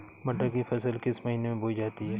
मटर की फसल किस महीने में बोई जाती है?